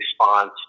response